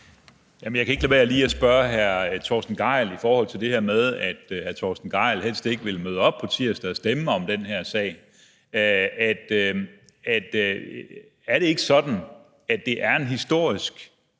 Jeg kan ikke lade være lige at spørge hr. Torsten Gejl om det her med, at hr. Torsten Gejl helst ikke vil møde op på tirsdag og stemme om den her sag. Er det ikke sådan, at det er en historisk